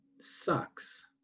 sucks